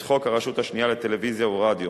את חוק הרשות השנייה לטלוויזיה ורדיו,